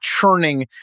churning